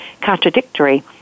contradictory